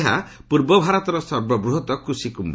ଏହା ପୂର୍ବଭାରତର ସର୍ବବୃହତ କୃଷିକ୍ରିୟ